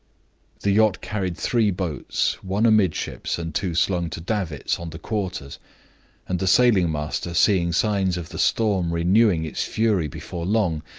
the yacht carried three boats one amidships, and two slung to davits on the quarters and the sailing-master, seeing signs of the storm renewing its fury before long,